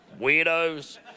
Weirdos